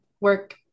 work